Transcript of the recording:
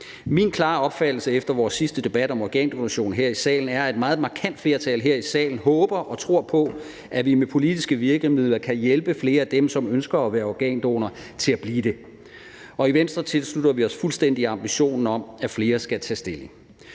Min klare opfattelse efter vores sidste debat om organdonation her i salen er, at et markant flertal her i salen håber og tror på, at vi med politiske virkemidler kan hjælpe flere af dem, som ønsker at være organdonor, til at blive det. I Venstre tilslutter vi os fuldstændig ambitionen om, at flere skal tage stilling.